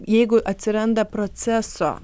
jeigu atsiranda proceso